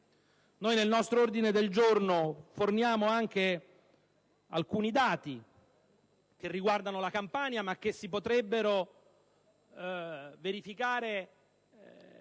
Nel nostro ordine del giorno noi forniamo anche alcuni dati che riguardano la Campania, ma che si potrebbero verificare